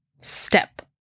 Step